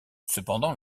cependant